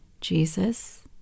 Jesus